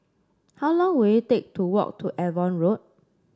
how long will it take to walk to Avon Road